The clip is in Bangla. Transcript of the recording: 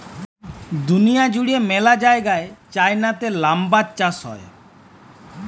দুঁলিয়া জুইড়ে ম্যালা জায়গায় চাইলাতে লাম্বার চাষ হ্যয়